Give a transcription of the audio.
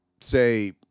say